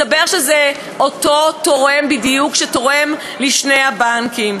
מתברר שזה אותו תורם בדיוק שתרם בשני הבנקים.